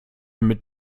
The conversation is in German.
mit